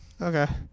Okay